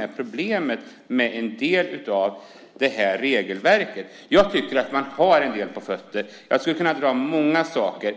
är problemet med en del av regelverket. Jag tycker att man har en del på fötterna. Jag skulle kunna dra upp många saker.